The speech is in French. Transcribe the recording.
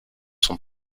sont